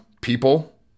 people